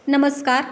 नमस्कार